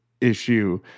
issue